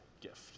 gift